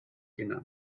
genannt